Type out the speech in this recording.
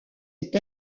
est